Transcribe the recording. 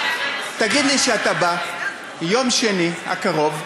תגיד לי שאתה בא יום שני הקרוב,